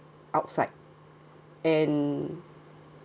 outside and